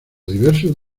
diversos